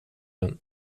den